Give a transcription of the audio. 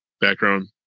background